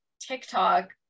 TikTok